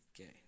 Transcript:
Okay